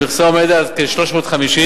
המכסה עומדת על כ-350,